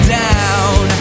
down